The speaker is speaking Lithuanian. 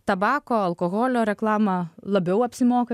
tabako alkoholio reklamą labiau apsimoka